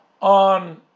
on